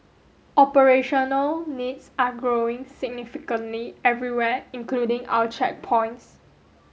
operational needs are growing significantly everywhere including our checkpoints